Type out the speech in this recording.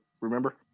remember